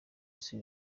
isi